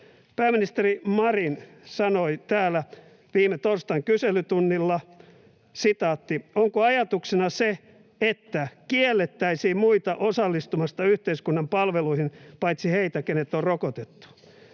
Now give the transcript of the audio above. Pääministeri Marin sanoi täällä viime torstain kyselytunnilla: ”Onko ajatuksena se, että kiellettäisiin muita osallistumasta yhteiskunnan palveluihin paitsi heitä, ketkä on rokotettu?”